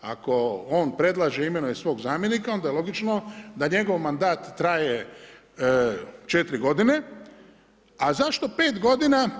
Ako on predlaže, imenuje svog zamjenika, onda je logično da njegov mandat traje 4 godine, a zašto 5 godina?